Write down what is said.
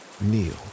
kneel